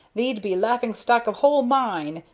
thee'd be laughing-stock of whole mine,